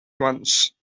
once